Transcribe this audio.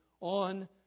on